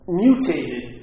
mutated